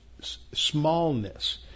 smallness